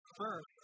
first